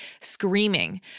screaming